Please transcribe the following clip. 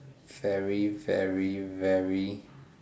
very very very